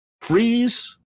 freeze